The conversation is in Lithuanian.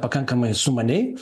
pakankamai sumaniai